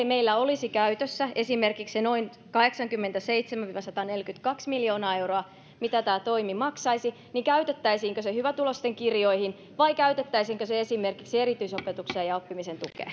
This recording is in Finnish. meillä olisi käytössä esimerkiksi se noin kahdeksankymmentäseitsemän viiva sataneljäkymmentäkaksi miljoonaa euroa mitä tämä toimi maksaisi niin käytettäisiinkö se hyvätuloisten kirjoihin vai käytettäisiinkö se esimerkiksi erityisopetukseen ja oppimisen tukeen